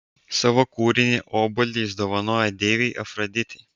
savo kūrinį obuolį jis dovanojo deivei afroditei